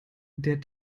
der